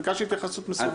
ביקשתי התייחסות מסודרת.